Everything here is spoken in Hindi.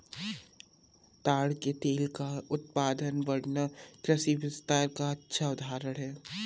ताड़ के तेल का उत्पादन बढ़ना कृषि विस्तार का अच्छा उदाहरण है